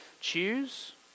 choose